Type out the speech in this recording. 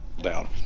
down